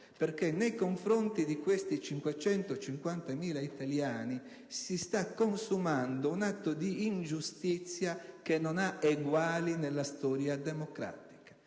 perché nei confronti di questi 550.000 italiani si sta consumando un atto di ingiustizia che non ha eguali nella storia democratica.